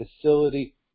facility